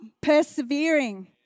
persevering